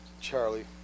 Charlie